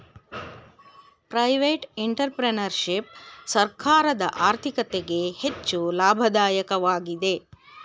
private entrepreneurship ಸರ್ಕಾರದ ಆರ್ಥಿಕತೆಗೆ ಹೆಚ್ಚು ಲಾಭದಾಯಕವಾಗಿದೆ